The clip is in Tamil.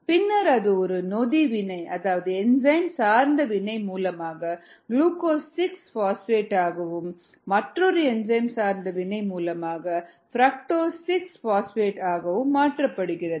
பின்னர் அது ஒரு நொதி வினை அதாவது என்சைம் சார்ந்த வினை மூலமாக குளுக்கோஸ் 6 பாஸ்பேட்டாகவும் மற்றொரு என்சைம் சார்ந்த வினை மூலமாக பிரக்டோஸ் 6 பாஸ்பேட்டாகவும் மாற்ற படுகிறது